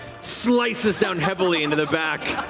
slices down heavily into the back